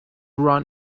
run